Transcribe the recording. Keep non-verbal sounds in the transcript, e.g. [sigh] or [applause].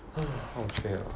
[noise] how to say ah